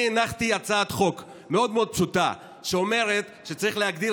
אני הנחתי הצעת חוק מאוד מאוד פשוטה שאומרת שצריך להגדיר